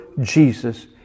Jesus